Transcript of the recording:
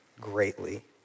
greatly